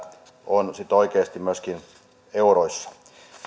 on oikeasti sitten euroissa